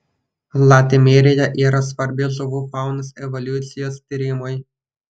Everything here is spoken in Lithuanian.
latimerija yra svarbi žuvų faunos evoliucijos tyrimui